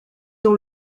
dans